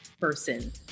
person